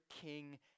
King